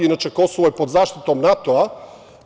Inače, Kosovo je pod zaštitom NATO-a.